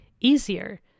easier